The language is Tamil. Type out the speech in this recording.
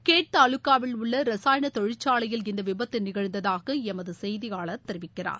கேட் தாலுகாவில் உள்ள ரசாயன தொழிற்சாலையில் இந்த விபத்து நிகழ்ந்ததாக எமது செய்தியாளர் தெரிவிக்கிறார்